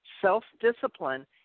Self-discipline